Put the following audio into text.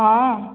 ହଁ